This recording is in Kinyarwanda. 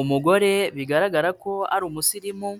Umugore bigaragara ko ari umusirimu